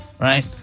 right